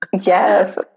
yes